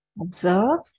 Observe